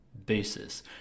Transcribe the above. Basis